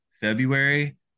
february